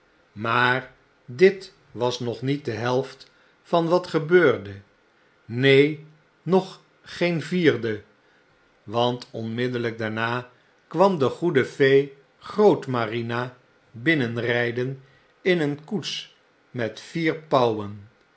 maar dit was nog niet de helft van watgebeurde neen nog geen vierde want onmiddellijk daarna kwam de goede fee grootmarina binnenrijden in een koets met vier